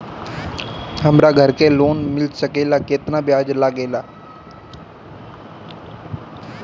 हमरा घर के लोन मिल सकेला केतना ब्याज लागेला?